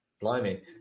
Blimey